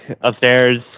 upstairs